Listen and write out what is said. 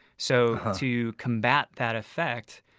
so to combat that effect,